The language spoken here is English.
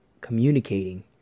communicating